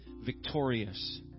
Victorious